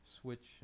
switch